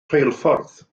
rheilffordd